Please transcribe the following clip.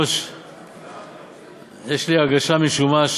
משום מה,